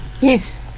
Yes